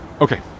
Okay